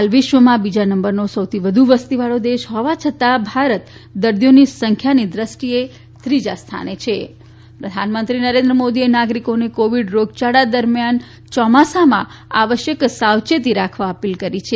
હાલ વિશ્વમાં બીજા નંબરનો સૌથી વધુ વસ્તીવાળો દેશ હોવા છતાં ભારત દર્દીઓની સંખ્યાની દ્રષ્ટીએ ત્રીજા સ્થાને હો મોદી સાવચેતી પ્રધાનમંત્રી નરેન્દ્ર મોદીએ નાગરીકોને કોવીડ રોગયાળા દરમિયાન ચોમાસામાં આવશ્યક સાવચેતી રાખવા અપીલ કરી છે